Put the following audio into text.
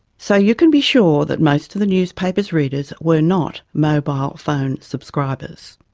so you can be sure that most of the newspaper's readers were not mobile phone subscribers.